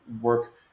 work